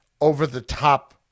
over-the-top